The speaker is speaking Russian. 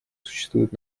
существуют